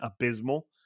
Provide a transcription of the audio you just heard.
abysmal